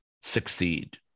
succeed